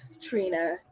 Trina